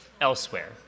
elsewhere